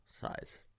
size